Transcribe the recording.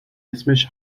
اسمش